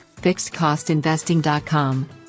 fixedcostinvesting.com